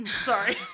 sorry